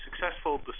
successful